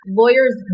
lawyers